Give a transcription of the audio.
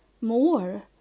more